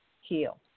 heal